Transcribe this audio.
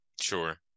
Sure